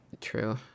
True